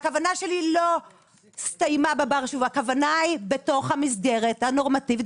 הכוונה היא בתוך המסגרת הנורמטיבית.